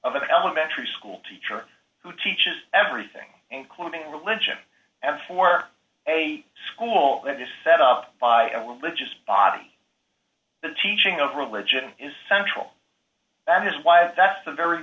of an elementary school teacher who teaches everything including religion and for a school that is set up by a religious body the teaching of religion is central that is why that's the very